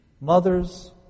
Mothers